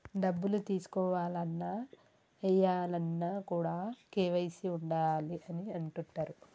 డబ్బులు తీసుకోవాలన్న, ఏయాలన్న కూడా కేవైసీ ఉండాలి అని అంటుంటరు